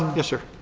yes sir?